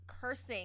cursing